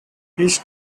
each